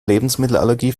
lebensmittelallergie